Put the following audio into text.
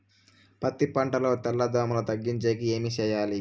పత్తి పంటలో తెల్ల దోమల తగ్గించేకి ఏమి చేయాలి?